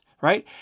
right